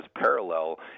parallel